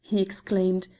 he exclaimed,